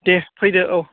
दे फैदो औ